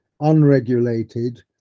unregulated